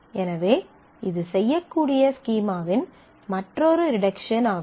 எனவே இது செய்யக்கூடிய ஸ்கீமாவின் மற்றொரு ரிடக்ஷன் ஆகும்